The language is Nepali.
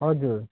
हजुर